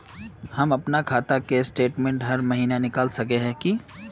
हम अपना खाता के स्टेटमेंट हर महीना निकल सके है की?